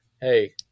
hey